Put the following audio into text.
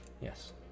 yes